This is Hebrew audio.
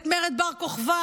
את מרד בר-כוכבא,